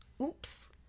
Oops